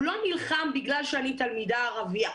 הוא לא נלחם בגלל שאני תלמידה ערבייה.